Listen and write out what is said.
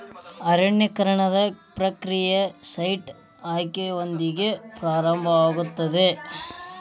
ಅರಣ್ಯೇಕರಣದ ಪ್ರಕ್ರಿಯೆಯು ಸೈಟ್ ಆಯ್ಕೆಯೊಂದಿಗೆ ಪ್ರಾರಂಭವಾಗುತ್ತದೆ